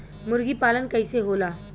मुर्गी पालन कैसे होला?